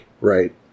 right